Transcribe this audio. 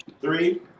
Three